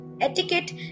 Etiquette